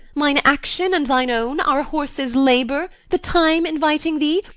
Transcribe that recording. mine action and thine own? our horses' labour? the time inviting thee?